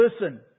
listen